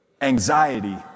anxiety